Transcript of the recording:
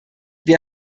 wir